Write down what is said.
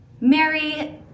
Mary